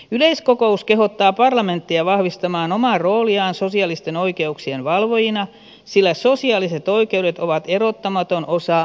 yleiskokous kehottaa parlamenttia vahvistamaan omaa rooliaan sosiaalisten oikeuksien valvojana sillä sosiaaliset oikeudet ovat erottamaton osa ihmisoikeuksia